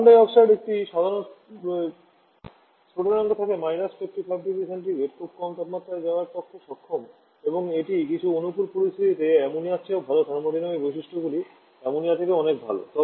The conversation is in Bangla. কার্বন ডাই অক্সাইডের একটি সাধারণ স্ফুটনাঙ্ক থাকে − 55 0C খুব কম তাপমাত্রায় যাওয়ার পক্ষে সক্ষম এবং এটি কিছু অনুকূল পরিস্থিতিতে আমোনিয়ার চেয়েও ভাল থার্মোডাইনামিক বৈশিষ্ট্যগুলি অ্যামোনিয়া থেকে অনেক ভাল